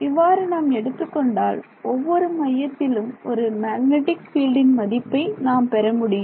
இவ்வாறு நாம் எடுத்துக் கொண்டால் ஒவ்வொரு மையத்திலும் ஒரு மேக்னடிக் பீல்டின் மதிப்பை நாம் பெற முடியும்